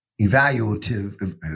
evaluative